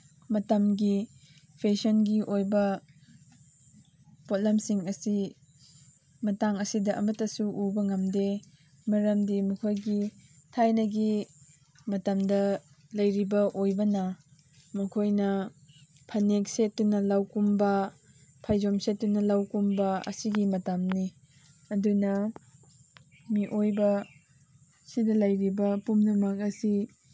ꯃꯇꯝꯒꯤ ꯐꯦꯁꯟꯒꯤ ꯑꯣꯏꯕ ꯄꯣꯠꯂꯝꯁꯤꯡ ꯑꯁꯤ ꯃꯇꯥꯡ ꯑꯁꯤꯗ ꯑꯃꯠꯇꯁꯨ ꯎꯕ ꯉꯝꯗꯦ ꯃꯔꯝꯗꯤ ꯃꯈꯣꯏꯒꯤ ꯊꯥꯏꯅꯒꯤ ꯃꯇꯝꯗ ꯂꯩꯔꯤꯕ ꯑꯣꯏꯕꯅ ꯃꯈꯣꯏꯅ ꯐꯅꯦꯛ ꯁꯦꯠꯇꯨꯅ ꯂꯧ ꯀꯨꯝꯕ ꯐꯩꯖꯣꯝ ꯁꯦꯠꯇꯨꯅ ꯂꯧ ꯀꯨꯝꯕ ꯑꯁꯤꯒꯤ ꯃꯇꯝꯅꯤ ꯑꯗꯨꯅ ꯃꯤꯑꯣꯏꯕ ꯁꯤꯗ ꯂꯩꯔꯤꯕ ꯄꯨꯝꯅꯃꯛ ꯑꯁꯤ